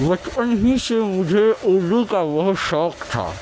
بچپن ہی سے مجھے اردو کا بہت شوق تھا